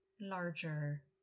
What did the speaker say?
larger